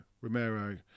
Romero